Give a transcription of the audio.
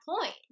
point